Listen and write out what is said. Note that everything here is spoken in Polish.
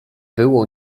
było